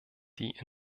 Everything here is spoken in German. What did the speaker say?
die